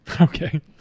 Okay